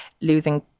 losing